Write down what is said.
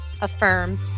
affirm